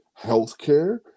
healthcare